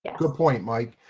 and good point, mike.